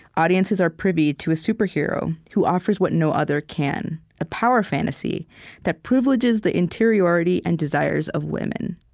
audiences are privy to a superhero who offers what no other can a power fantasy that privileges the interiority and desires of women.